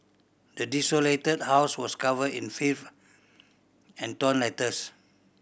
the desolated house was covered in filth and torn letters